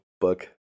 book